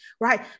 right